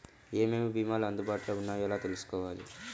ఏమేమి భీమాలు అందుబాటులో వున్నాయో ఎలా తెలుసుకోవాలి?